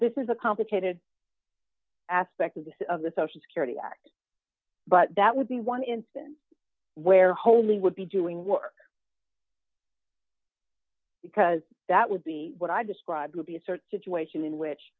this is a complicated aspect of this of the social security act but that would be one instance where holy would be doing work because that would be what i described would be a sort situation in which